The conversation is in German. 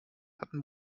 hatten